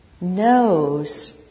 knows